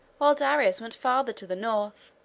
while darius went farther to the north,